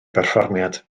berfformiad